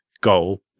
goal